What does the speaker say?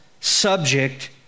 subject